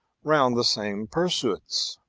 round the same pursuits,